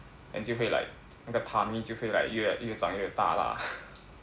then 就会 like 那个 tummy 就会 like 越越长越大啦